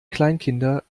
kleinkinder